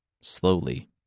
Slowly